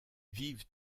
vive